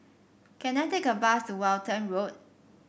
can I take a bus to Walton Road